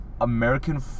American